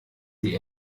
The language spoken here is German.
die